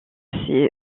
ces